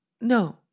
No